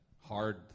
hard